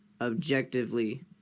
objectively